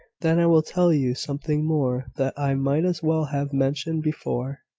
then i will tell you something more, that i might as well have mentioned before.